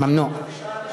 "ממנוע".